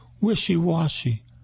wishy-washy